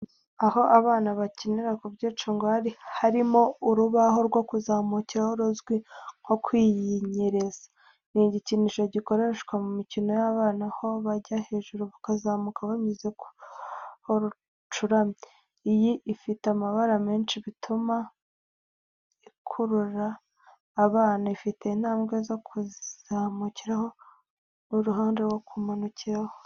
Aho abana bakinira ku byicungo harimo urubaho rwo kumanukiraho ruzwi nko kwinyereza. Ni igikoresho gikoreshwa mu mikino y’abana aho bajya hejuru bakamanuka banyuze ku rubaho rucuramye. Iyi ifite amabara menshi, bituma ikurura abana. Ifite intambwe zo kuzamukiraho n’uruhande rwo kumanukiraho.